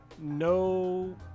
no